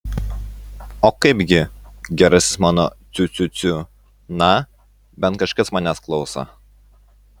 o kaipgi gerasis mano ciu ciu ciu na bent kažkas manęs klauso